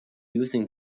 using